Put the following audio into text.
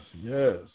yes